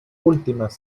últimas